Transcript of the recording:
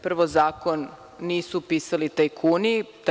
Prvo, zakon nisu pisali tajkuni.